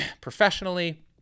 professionally